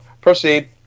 Proceed